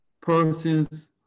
persons